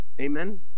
Amen